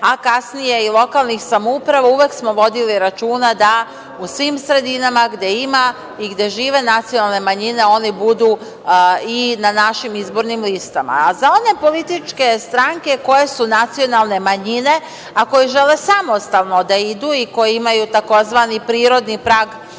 a kasnije i lokalnih samouprava, uvek smo vodili računa da u svim sredinama gde ima i gde žive nacionalne manjine one budu i na našim izbornim listama.Za one političke stranke koje su nacionalne manjine, a koje žele samostalno da idu i koji imaju tzv. prirodni prag